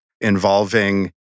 involving